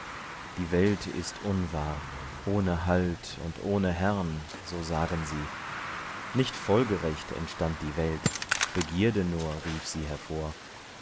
die welt ist unwahr ohne halt und ohne herrn so sagen sie nicht folgerecht entstand die welt begierde nur rief sie hervor